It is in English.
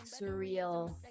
surreal